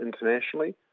internationally